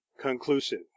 conclusive